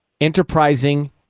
enterprising